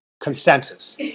consensus